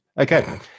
Okay